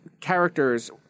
characters